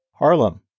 Harlem